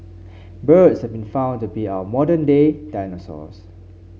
birds have been found to be our modern day dinosaurs